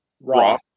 Raw